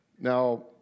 Now